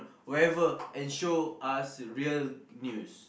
wherever and show us real news